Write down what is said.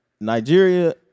Nigeria